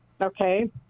okay